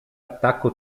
attacco